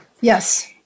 Yes